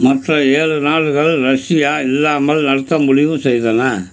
மற்ற ஏழு நாடுகள் ரஷ்யா இல்லாமல் நடத்த முடிவு செய்தன